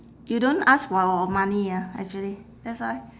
you don't ask for money ah actually that's why